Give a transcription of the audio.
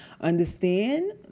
understand